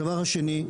הדבר השני,